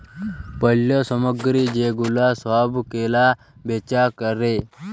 পল্য সামগ্রী যে গুলা সব কেলা বেচা ক্যরে